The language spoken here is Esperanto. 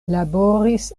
laboris